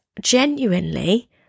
genuinely